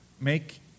make